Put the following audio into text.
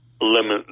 limit